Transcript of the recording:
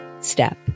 step